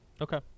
okay